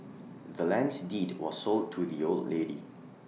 the land's deed was sold to the old lady